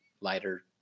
lighter